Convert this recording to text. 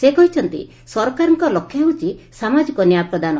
ସେ କହିଛନ୍ତି ସରକାରଙ୍କ ଲକ୍ଷ୍ୟ ହେଉଛି ସାମାଜିକ ନ୍ୟାୟ ପ୍ରଦାନ